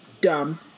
Dumb